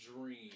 dream